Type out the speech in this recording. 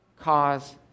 cause